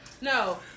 No